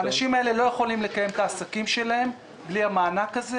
האנשים האלה לא יכולים לקיים את העסקים שלהם בלי המענק הזה.